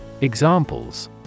Examples